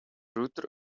router